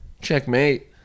checkmate